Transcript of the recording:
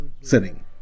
sitting